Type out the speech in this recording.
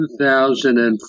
2004